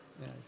Yes